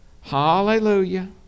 Hallelujah